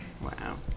Wow